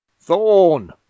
Thorn